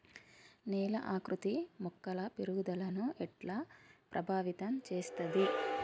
నేల ఆకృతి మొక్కల పెరుగుదలను ఎట్లా ప్రభావితం చేస్తది?